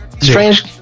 strange